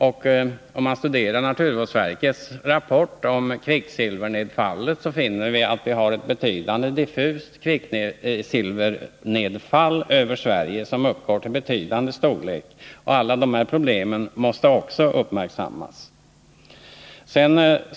Om man studerar naturvårdsverkets rapport om kvicksilvernedfallet, finner man att den visar att vi över Sverige har ett betydande, diffust kvicksilvernedfall som uppgår till avsevärd storlek. Alla dessa problem måste också uppmärksammas.